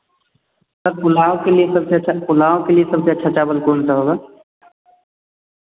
sir pulao के लिए सबसे अच्छा पुलाव के लिए सबसे अच्छा चावल कौनसा होगा